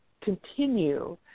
continue